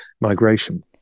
migration